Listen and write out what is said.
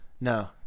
No